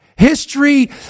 History